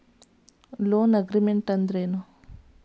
Loan agreement ಅಂದ್ರೇನು?